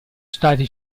stati